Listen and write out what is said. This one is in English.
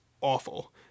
awful